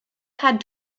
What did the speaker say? had